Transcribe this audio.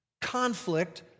conflict